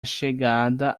chegada